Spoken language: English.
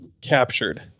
captured